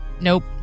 nope